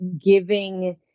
giving